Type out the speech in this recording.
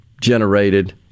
generated